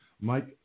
Mike